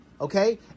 Okay